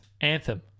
Anthem